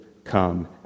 come